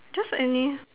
just any